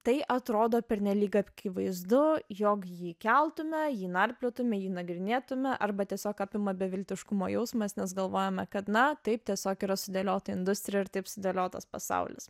tai atrodo pernelyg akivaizdu jog jį keltume jį narpliotume jį nagrinėtume arba tiesiog apima beviltiškumo jausmas nes galvojame kad na taip tiesiog yra sudėliota industrija ir taip sudėliotas pasaulis